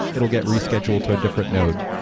it will get rescheduled to a different node.